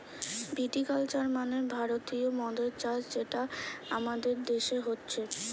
ভিটি culture মানে ভারতীয় মদের চাষ যেটা আমাদের দেশে হচ্ছে